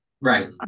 Right